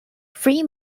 three